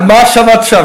על מה "האשמת שווא"?